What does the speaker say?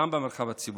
גם במרחב הציבורי.